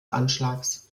anschlags